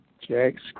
Checks